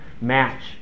match